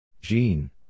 Jean